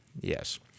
Yes